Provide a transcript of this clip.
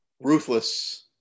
Ruthless